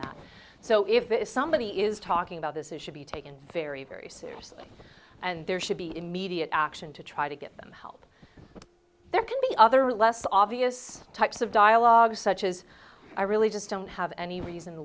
that so if somebody is talking about this is should be taken very very seriously and there should be immediate action to try to get them there can be other less obvious types of dialogues such as i really just don't have any reason to